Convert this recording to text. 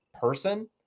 person